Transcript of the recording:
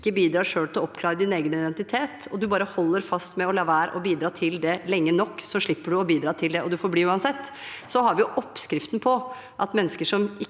selv bidrar til å avklare egen identitet, og du bare holder deg fast ved å la være å bidra til det lenge nok, da slipper du å bidra med det og får bli uansett: Da har vi oppskriften på at mennesker som ikke